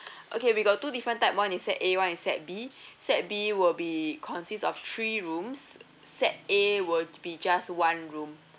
okay we got two different type one is set A [one] is set B set B will be consists of three rooms set A will be just one room